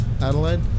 Adelaide